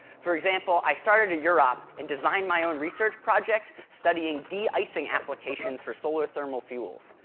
for example, i started a urop and designed my own research project studying deicing applications for solar thermal fuels,